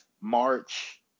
March